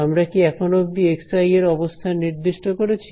আমরা কি এখনও অব্দি xi এর অবস্থান নির্দিষ্ট করেছি